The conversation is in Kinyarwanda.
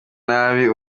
nabi